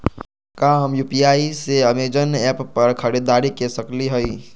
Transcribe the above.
का हम यू.पी.आई से अमेजन ऐप पर खरीदारी के सकली हई?